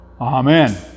Amen